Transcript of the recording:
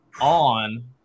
on